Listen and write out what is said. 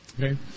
Okay